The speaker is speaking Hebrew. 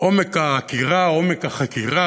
כעומק העקירה עומק החקירה.